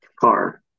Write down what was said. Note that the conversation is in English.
car